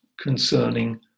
concerning